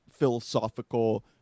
philosophical